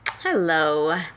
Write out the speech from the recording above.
Hello